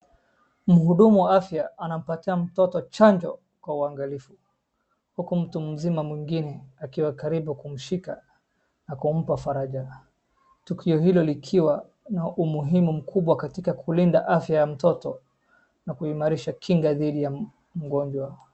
Mhudumu wa afya anampatia mtoto chanjo kwa uangalifu huku mtu mzima mwingine akiwa karibu kumshika na kumpa faraja. Tukio hilo likiwa na umuhimu mkubwa katika kulinda afya ya mtoto na kuimarisha kinga dhidi ya mgonjwa.